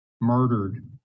murdered